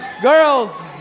Girls